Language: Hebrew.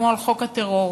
על חוק הטרור.